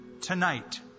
tonight